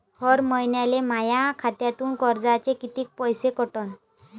हर महिन्याले माह्या खात्यातून कर्जाचे कितीक पैसे कटन?